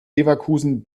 leverkusen